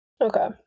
Okay